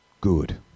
good